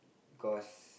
cause